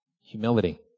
Humility